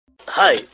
Hi